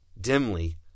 Dimly